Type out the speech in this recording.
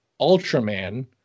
Ultraman